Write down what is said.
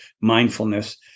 mindfulness